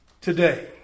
today